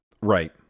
Right